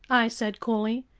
i said coolly,